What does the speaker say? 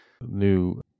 new